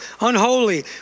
unholy